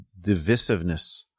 divisiveness